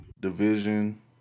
Division